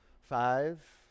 Five